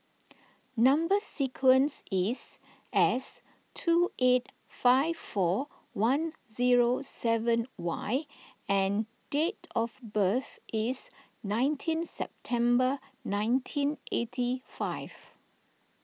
Number Sequence is S two eight five four one zero seven Y and date of birth is nineteen September nineteen eighty five